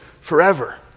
forever